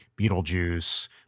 Beetlejuice